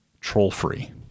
troll-free